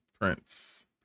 Prince